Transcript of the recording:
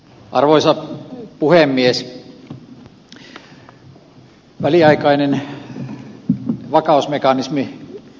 arvoisa puhemies